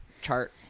chart